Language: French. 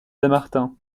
dammartin